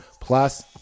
plus